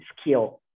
skill